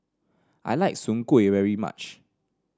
I like Soon Kueh very much